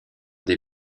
des